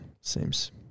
Seems